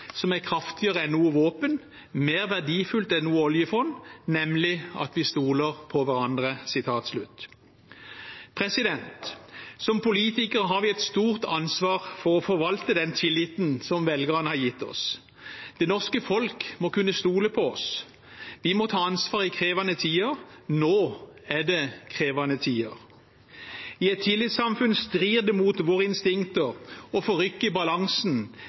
som er kraftigere enn noe våpen, og mer verdifullt enn noe oljefond: Nemlig at vi stoler på hverandre.» Som politikere har vi et stort ansvar for å forvalte den tilliten som velgerne har gitt oss. Det norske folk må kunne stole på oss. Vi må ta ansvar i krevende tider. Nå er det krevende tider. I et tillitssamfunn strider det mot våre instinkter å forrykke balansen mellom de folkevalgte og